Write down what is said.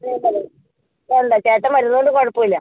വേണ്ട അല്ലേ വേണ്ട ചേട്ടൻ വരുന്നതുകൊണ്ട് കുഴപ്പം ഇല്ല